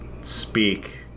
speak